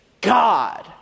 God